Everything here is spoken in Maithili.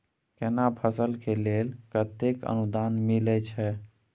केना फसल के लेल केतेक अनुदान मिलै छै?